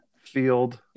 field